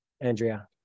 andrea